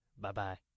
Bye-bye